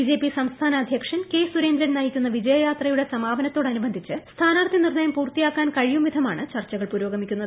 BJP സംസ്ഥാന അധ്യക്ഷൻ K Surendran നയിക്കുന്ന പ്ലീജയ യാത്രയുടെ സമാപനത്തോട് അനുബന്ധിച്ച് സ്ഥാനാർത്ഥി നിർണ്ണയം പൂർത്തിയാക്കാൻ കഴിയും വിധമാണ് ചർച്ചകൾ പുരോഗമിക്കുന്നത്